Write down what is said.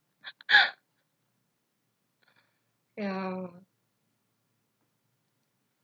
ya